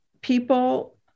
people